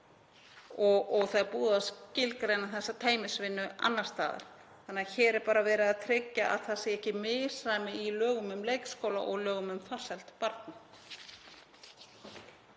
og það er búið að skilgreina þessa teymisvinnu annars staðar. Hér er því bara verið að tryggja að það sé ekki misræmi í lögum um leikskóla og lögum um farsæld barna.